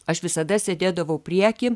aš visada sėdėdavau prieky